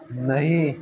नहीं